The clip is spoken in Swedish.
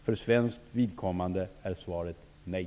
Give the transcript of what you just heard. För svenskt vidkommande är svaret nej.